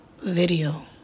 video